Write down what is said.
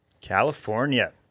California